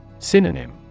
Synonym